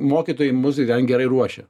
mokytojai mus ten gerai ruošia